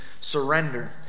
surrender